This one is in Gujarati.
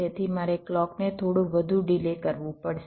તેથી મારે ક્લૉકને થોડું વધુ ડિલે કરવું પડશે